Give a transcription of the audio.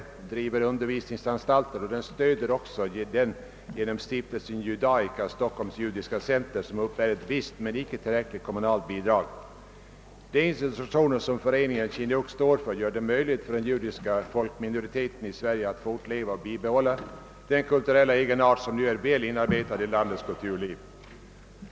Föreningen driver undervisningsanstalter och stöder genom stiftelsen Judaica även Stockholms Judiska Center, som uppbär ett visst men icke tillräckligt kommunalt bidrag. De institutioner som föreningen Chinuch står för gör det möjligt för den judiska folkminoriteten i Sverige att bibehålla den kulturella egenart som nu är väl inarbetad i landets kulturliv.